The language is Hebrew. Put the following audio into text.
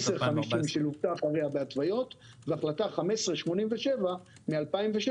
והחלטה 1587 מ-2016,